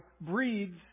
breeds